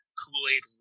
Kool-Aid